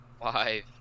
Five